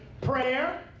Prayer